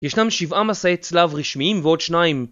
ישנם שבעה מסעי צלב רשמיים ועוד שניים.